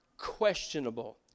questionable